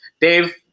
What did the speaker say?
dave